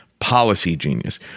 Policygenius